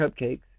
cupcakes